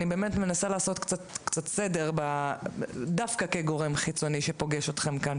ואני באמת מנסה לעשות קצת סדר דווקא כגורם חיצוני שפוגש אתכם כאן,